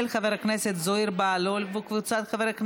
של חבר הכנסת זוהיר בהלול וקבוצת חברי הכנסת.